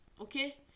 Okay